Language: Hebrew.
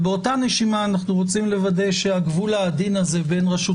ובאותה נשימה אנחנו רוצים לוודא שהגבול העדין הזה בין רשות